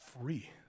free